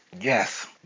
yes